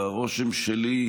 ברושם שלי,